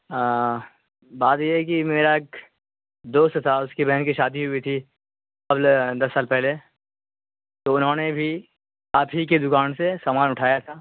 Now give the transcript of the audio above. ہاں بات یہ ہے کہ میرا ایک دوست تھا اس کی بہن کی شادی ہوئی تھی قبل دس سال پہلے تو انہوں نے بھی آپ ہی کی دکان سے سامان اٹھایا تھا